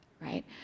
right